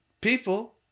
people